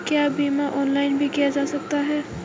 क्या बीमा ऑनलाइन भी किया जा सकता है?